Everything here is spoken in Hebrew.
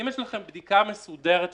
אם יש לכם בדיקה מסודרת שעשיתם,